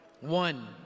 One